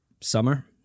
Summer